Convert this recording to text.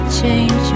change